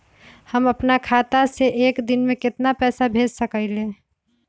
हम अपना खाता से एक दिन में केतना पैसा भेज सकेली?